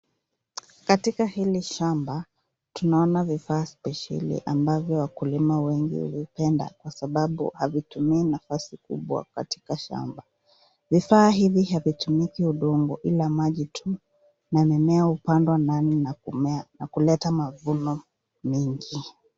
Katika hili shamba, tunaona vifaa spesheli ambavyo wakulima wengi huvipenda kwa sababu havitumii nafasi kubwa katika shamba. Vifaa hivi havitumiki udongo, ila maji tu, na mimea hupandwa ndani na kuleta mavuno mengi.